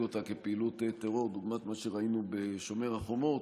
אותה כפעילות טרור דוגמת מה שראינו בשומר החומות,